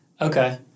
okay